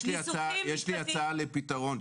יש לי הצעה לפתרון.